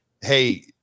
Hey